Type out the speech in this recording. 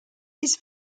his